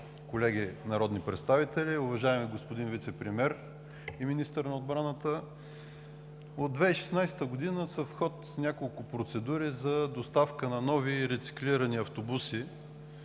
колеги народни представители, уважаеми господин Вицепремиер и министър на отбраната! От 2016 г. са в ход няколко процедури за доставка на нови и рециклирани автобуси